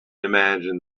imagine